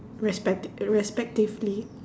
respect~ respectively